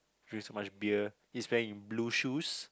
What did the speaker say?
drink so much belly he's wearing blue shoes